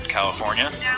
California